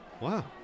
wow